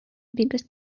biggest